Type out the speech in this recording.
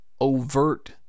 overt